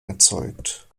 erzeugt